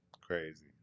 Crazy